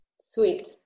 Sweet